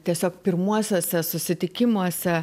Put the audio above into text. tiesiog pirmuosiuose susitikimuose